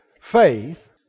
faith